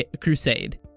Crusade